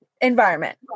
environment